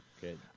good